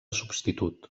substitut